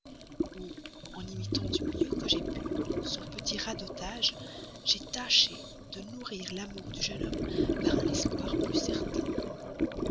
où en imitant du mieux que j'ai pu son petit radotage j'ai tâché de nourrir l'amour du jeune homme par un espoir plus certain